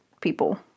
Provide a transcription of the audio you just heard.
people